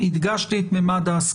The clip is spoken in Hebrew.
אני יותר מאמין בהליכה